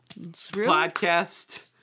Podcast